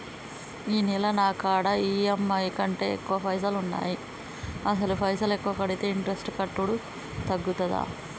ఈ నెల నా కాడా ఈ.ఎమ్.ఐ కంటే ఎక్కువ పైసల్ ఉన్నాయి అసలు పైసల్ ఎక్కువ కడితే ఇంట్రెస్ట్ కట్టుడు తగ్గుతదా?